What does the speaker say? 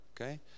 okay